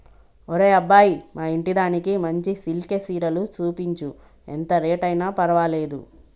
ఒరే అబ్బాయి మా ఇంటిదానికి మంచి సిల్కె సీరలు సూపించు, ఎంత రేట్ అయిన పర్వాలేదు